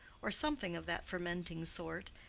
or something of that fermenting sort,